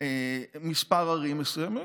כמה ערים מסוימות,